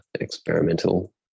experimental